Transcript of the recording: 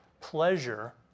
pleasure